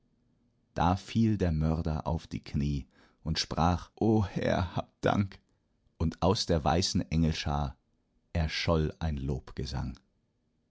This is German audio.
da fiel der mörder auf die knie und sprach o herr hab dank und aus der weißen engel schar erscholl ein lobgesang